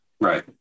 Right